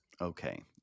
Okay